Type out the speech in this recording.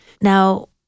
Now